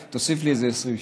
תוסיף לי איזה 20 שניות.